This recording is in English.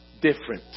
different